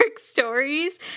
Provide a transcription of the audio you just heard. stories